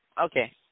Okay